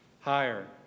higher